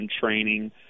training